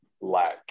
lack